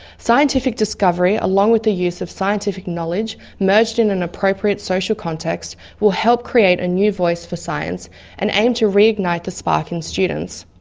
scientific discovery along with the use of scientific knowledge merged in an appropriate social context will help create a new voice for science and aim to reignite the spark in students.